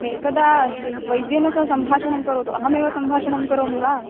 एकदा वैद्येन सह सम्भाषणं करोतु अहमेव सम्भाषणं करोमि वा